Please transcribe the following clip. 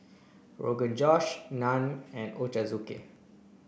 Rogan Josh Naan and Ochazuke